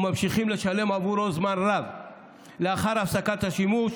וממשיכים לשלם בעבורו זמן רב לאחר הפסקת השימוש,